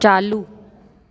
चालू